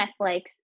Netflix